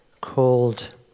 called